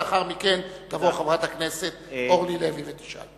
לאחר מכן תבוא חברת הכנסת אורלי לוי ותשאל.